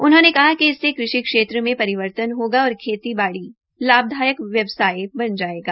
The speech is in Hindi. उन्होंने कहा कि इससे क़षि क्षेत्र में परिवर्तन होगा और खेतीबाड़ी लाभदायक व्यवसाय बना जायेगा